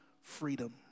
freedom